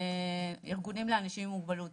ארגונים לאנשים עם מוגבלות.